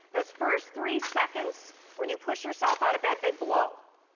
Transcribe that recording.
those first three seconds when you push yourself out of bed, they blow.